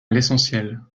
l’essentiel